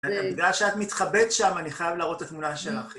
בגלל שאת מתחבאת שם, אני חייב להראות את התמונה שלך.